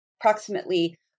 approximately